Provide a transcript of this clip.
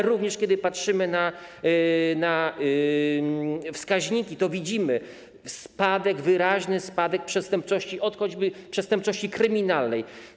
Również kiedy patrzymy na wskaźniki, widzimy wyraźny spadek przestępczości, ot choćby przestępczości kryminalnej.